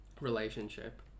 relationship